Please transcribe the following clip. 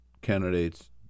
candidates